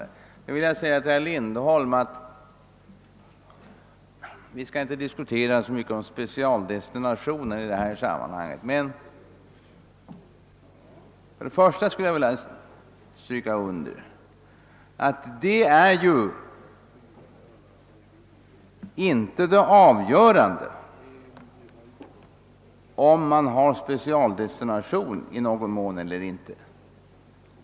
Sedan vill jag säga till herr Lindholm att vi skall inte alltför mycket diskutera om specialdestination i detta sammanhang. Jag vill stryka under att det avgörande inte är, om man skall ha specialdestination eller inte.